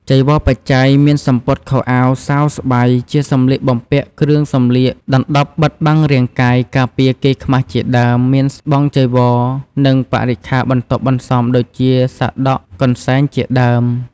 ចីវរបច្ច័យ មានសំពត់ខោអាវសាវស្បៃ ជាសម្លៀកបំពាក់ គ្រឿងសម្លៀកដណ្ដប់បិទបាំងរាងកាយ ការពារ កេរ្តិ៍ខ្មាស់ជាដើម មានស្បង់ ចីវរ និងបរិក្ខាបន្ទាប់បន្សំ ដូចជា សាដក កន្សែង ជាដើម។